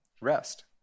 Rest